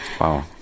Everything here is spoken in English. Wow